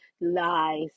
lies